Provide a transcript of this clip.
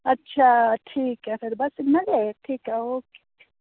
बस अच्छा ठीक ऐ बस इन्ना गै ठीक ऐ